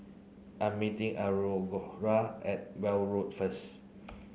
I am meeting at Weld Road first